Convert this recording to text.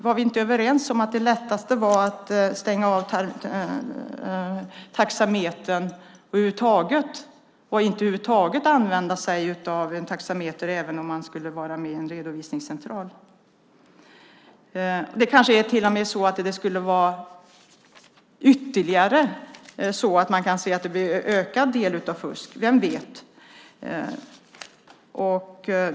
Var vi inte överens om att det lättaste var att stänga av taxametern, att över huvud taget inte använda sig av en taxameter även om man är med i en redovisningscentral? Det kanske till och med är så att det blir en ökad andel fusk. Vem vet?